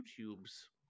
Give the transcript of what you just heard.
YouTube's